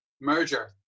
merger